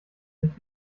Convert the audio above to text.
sich